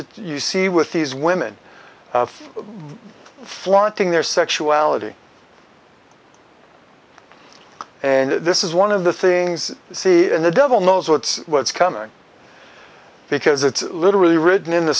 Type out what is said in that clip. what you see with these women flaunting their sexuality and this is one of the things you see in the devil knows what's what's coming because it's literally written in the